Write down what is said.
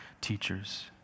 teachers